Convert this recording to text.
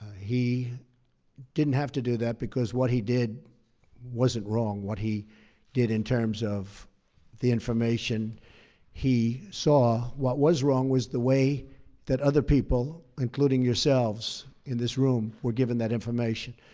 he didn't have to do that, because what he did wasn't wrong, what he did in terms of the information he saw. what was wrong was the way that other people, including yourselves in this room, were given that information,